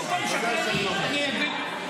במקום "שקרנית" אני אגיד,